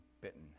bitten